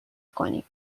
کنیم